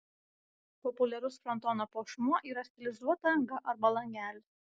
populiarus frontono puošmuo yra stilizuota anga arba langelis